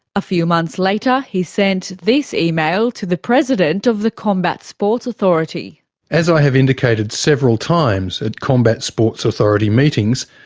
a few months later he sent this email to the president of the combat sports authority reading as i have indicated several times at combat sports authority meetings,